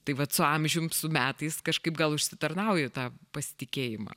tai vat su amžium su metais kažkaip gal užsitarnauju tą pasitikėjimą